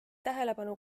tähelepanu